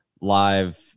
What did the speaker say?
live